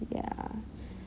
ya